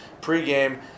pregame